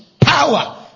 power